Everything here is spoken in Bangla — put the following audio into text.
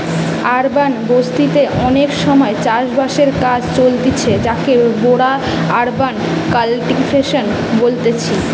আরবান বসতি তে অনেক সময় চাষ বাসের কাজ চলতিছে যাকে মোরা আরবান কাল্টিভেশন বলতেছি